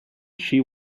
she